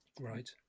right